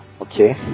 Okay